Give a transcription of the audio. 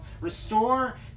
restore